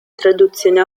traduzione